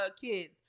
kids